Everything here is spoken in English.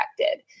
affected